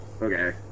Okay